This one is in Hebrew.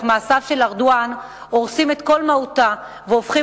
אך מעשיו של ארדואן הורסים את כל מהותה והופכים